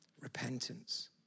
repentance